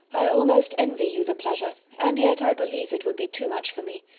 i almost envy you the pleasure, and yet i believe it would be too much for me,